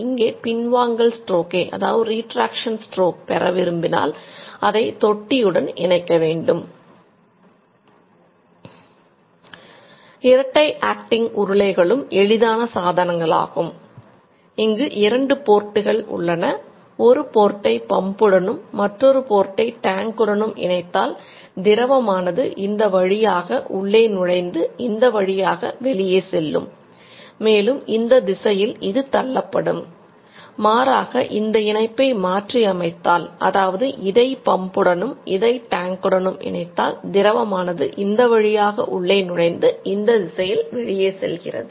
இரட்டை ஆக்டிங் உருளைகளும் செல்கிறது